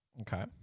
Okay